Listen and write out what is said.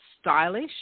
stylish